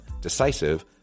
decisive